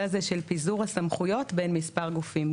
הזה של פיזור הסמכויות בין מספר גופים.